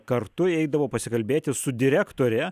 kartu eidavo pasikalbėti su direktore